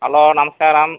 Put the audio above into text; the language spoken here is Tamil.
ஹலோ நமஸ்காரம்